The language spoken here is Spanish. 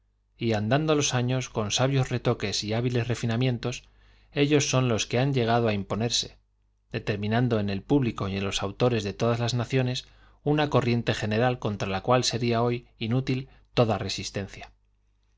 y andando los años con sabios retoques y hábiles refinamientos ellos son ios qué han llegado él imponerse determinando en el público y en los autores de todas las naciones una cor riente general contra la cual sería hoy inútil toda resistencia